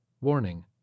Warning